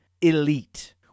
elite